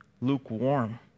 Lukewarm